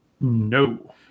No